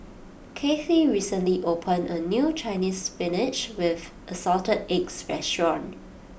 Kathey recently opened a new chinese Spinach with Assorted Eggs restaurant